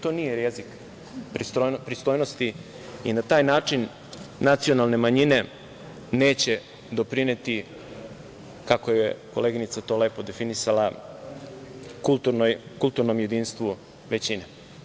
To nije jezik pristojnosti i na taj način nacionalne manjine neće doprineti, kako je koleginica to lepo definisala kulturnom jedinstvu većine.